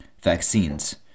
vaccines